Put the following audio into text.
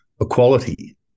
equality